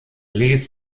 ließ